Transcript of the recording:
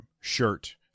shirt